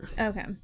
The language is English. Okay